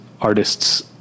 artists